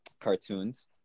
cartoons